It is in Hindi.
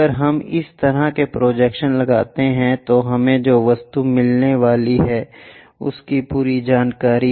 अगर हम इस तरह के प्रोजेक्शन्स लगाते हैं तो हमें जो वस्तु मिलने वाली है उसकी पूरी जानकारी